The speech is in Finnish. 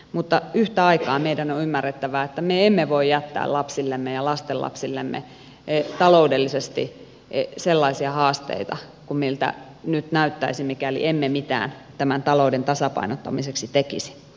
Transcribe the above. mutta yhtä aikaa meidän on ymmärrettävä että me emme voi jättää lapsillemme ja lastenlapsillemme ta loudellisesti sellaisia haasteita kuin miltä nyt näyttäisi mikäli emme mitään tämän talouden tasapainottamiseksi tekisi